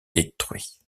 détruit